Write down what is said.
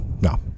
no